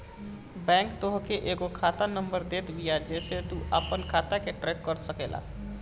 bank तोहके एगो खाता नंबर देत बिया जेसे तू अपनी खाता के ट्रैक कर सकेला